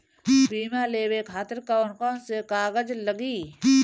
बीमा लेवे खातिर कौन कौन से कागज लगी?